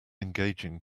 engaging